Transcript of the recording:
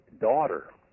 daughter